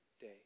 day